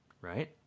right